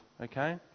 Okay